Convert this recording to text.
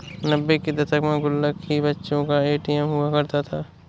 नब्बे के दशक में गुल्लक ही बच्चों का ए.टी.एम हुआ करता था